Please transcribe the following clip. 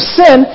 sin